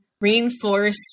reinforce